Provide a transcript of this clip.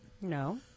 No